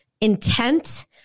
intent